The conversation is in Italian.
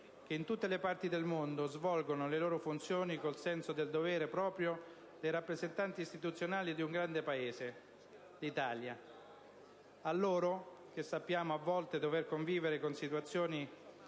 che, in tutte le parti del mondo, svolgono le loro funzioni col senso del dovere proprio dei rappresentanti istituzionali di un grande Paese: l'Italia. A loro, che sappiamo - a volte - dover convivere con situazioni